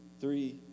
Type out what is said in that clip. three